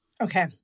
Okay